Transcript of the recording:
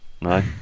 no